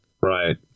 Right